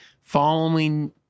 following